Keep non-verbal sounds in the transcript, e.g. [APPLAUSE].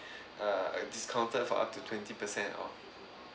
[BREATH] uh discounted for up to twenty percent off